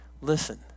Listen